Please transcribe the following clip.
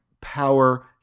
power